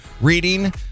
reading